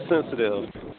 sensitive